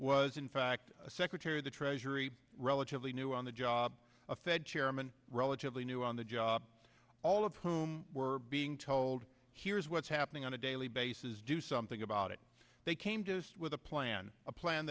was in fact secretary of the treasury relatively new on the job a fed chairman relatively new on the job all of whom were being told here's what's happening on a daily basis do something about it they came to us with a plan a plan